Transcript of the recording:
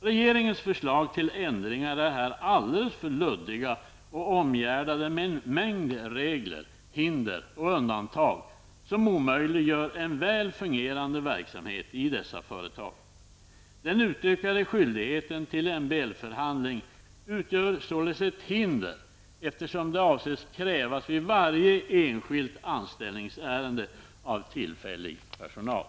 Regeringens förslag till ändringar är här alldeles för luddiga och omgärdade med en mängd regler, hinder och undantag som omöjliggör en väl fungerande verksamhet i dessa företag. Den utökade skyldigheten till MBL-förhandling utgör således ett hinder, eftersom det avses krävas vid varje enskilt anställningsärende av tillfällig personal.